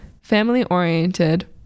family-oriented